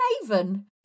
Haven